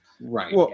Right